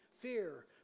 Fear